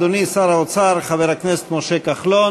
אדוני שר האוצר חבר הכנסת משה כחלון,